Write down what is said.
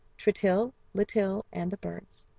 tritill, litill, and the birds.